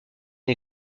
une